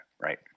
right